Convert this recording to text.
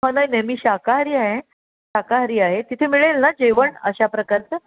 हो नाही नाही मी शाकाहारी आहे शाकाहारी आहे तिथे मिळेल ना जेवण अशा प्रकारचं